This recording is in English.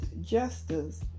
justice